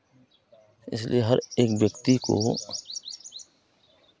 इसलिए हर एक व्यक्ति को